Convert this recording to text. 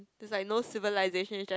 it's like no civilisation it's just you